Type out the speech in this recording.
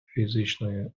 фізичної